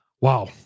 Wow